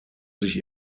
sich